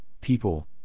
people